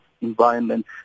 environment